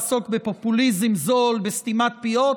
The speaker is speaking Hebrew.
אתם תמשיכו לעסוק בפופוליזם זול ובסתימת פיות,